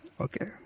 Okay